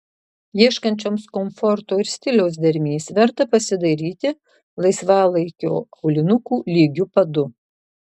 ieškančioms komforto ir stiliaus dermės verta pasidairyti laisvalaikio aulinukų lygiu padu